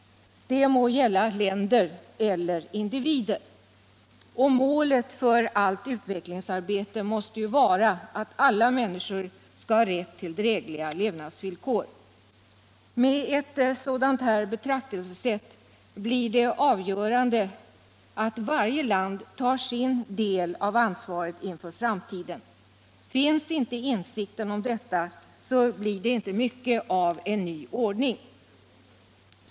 Det må gälla länder eller individer. Målet för allt utvecklingsarbete måste ju vara alt alla människor skall ha rätt till drägliga levnadsvillkor. Med ett sådant betraktelsesätt blir det avgörande att varje land tar sin del av ansvaret inför framtiden. Finns inte insikten om detta blir det inte mycket av en ny ordning.